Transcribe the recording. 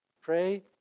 Pray